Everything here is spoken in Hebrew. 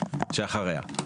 שאחריה.